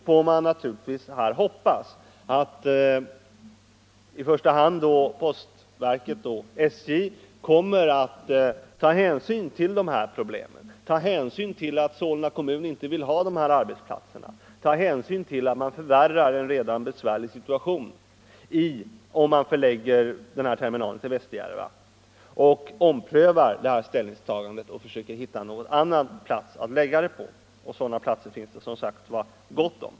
Jag hoppas därför att i första hand postverket och SJ kommer att ta hänsyn till dessa synpunkter, till att Solna kommun inte vill ha dessa arbetsplatser och att en redan besvärlig situation förvärras, om man förlägger terminalen till Västerjärva. Man bör därför ompröva sitt ställningstagande och försöka hitta någon annan plats att förlägga terminalen till. Sådana platser finns det som sagt gott om.